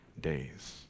days